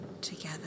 together